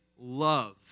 love